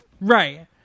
right